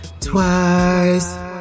twice